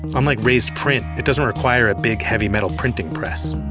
unlike raised print, it doesn't require a big, heavy metal printing press.